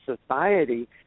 society